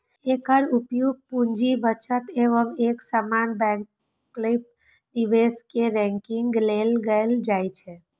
एकर उपयोग पूंजी बजट मे एक समान वैकल्पिक निवेश कें रैंकिंग लेल कैल जाइ छै